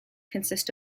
consist